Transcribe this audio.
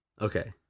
Okay